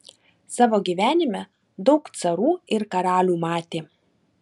savo gyvenime daug carų ir karalių matė